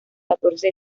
catorce